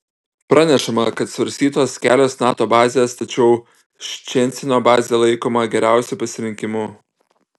pranešama kad svarstytos kelios nato bazės tačiau ščecino bazė laikoma geriausiu pasirinkimu